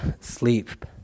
sleep